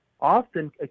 Often